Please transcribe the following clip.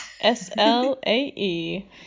s-l-a-e